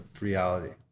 reality